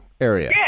area